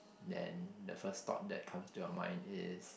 then the first thought that comes to your mind is